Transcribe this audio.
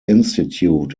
institute